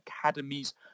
Academies